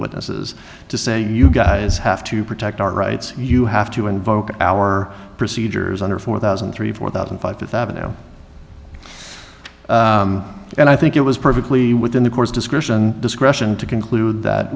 witnesses to say you guys have to protect our rights you have to invoke our procedures under four thousand and three four thousand five thousand and i think it was perfectly within the course discretion discretion to conclude that